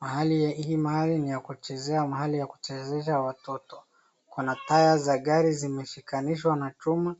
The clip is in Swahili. Mahali hii ni ya kuchezea, mahali ya kuchezesha watoto, kuna taya za gari zimeshikanishwa na chuma.